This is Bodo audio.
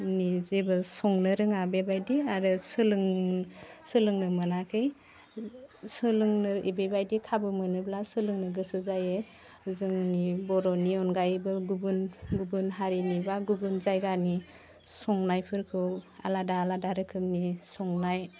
जेबो संनो रोङा बेबायदि आरो सोलों सोलोंनो मोनाखै सोलोंनो बेबायदि खाबु मोनोब्ला सोलोंनो गोसो जायो जोंनि बर'नि अनगायैबो गुबुन गुबुन हारिनि बा गुबुन जायगानि संनायफोरखौ आलादा आलादा रोखोमनि संनाय